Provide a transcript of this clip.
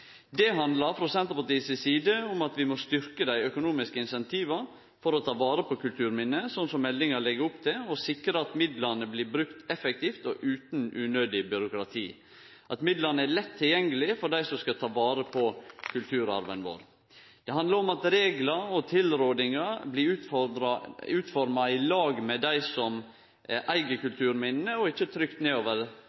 økonomiske incentiva for å ta vare på kulturminne – slik meldinga legg opp til, og sikre at midlane blir brukte effektivt og utan unødig byråkrati, og at midlane er lett tilgjengelege for dei som vil ta vare på kulturarven vår. Det handlar om at reglar og tilrådingar blir utforma i lag med dei som eig